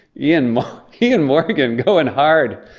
ian ian morgan goin' hard,